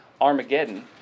Armageddon